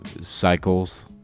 Cycles